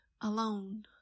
alone